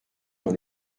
dans